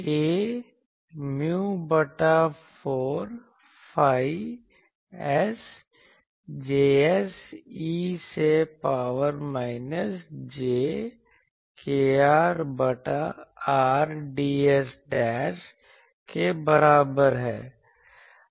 A Mu बटा 4 phi S Js e से power minus j kR बटा R ds के बराबर है